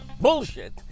bullshit